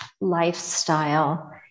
lifestyle